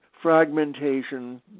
fragmentation